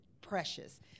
precious